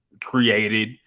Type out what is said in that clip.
created